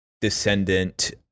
descendant